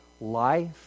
life